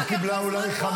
היא קיבלה אולי --- אומנם